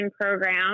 Program